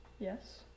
Yes